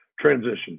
transition